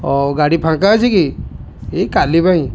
ହଉ ଗାଡ଼ି ଫାଙ୍କା ଅଛି କି ଏଇ କାଲି ପାଇଁ